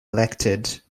elected